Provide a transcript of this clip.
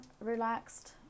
relaxed